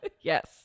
Yes